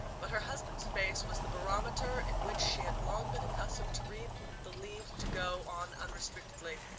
but her husband's face was the barometer in which she had long been accustomed to read the leave to go on unrestrictedly,